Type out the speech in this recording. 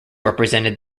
represented